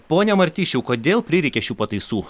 pone martišiau kodėl prireikė šių pataisų